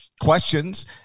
questions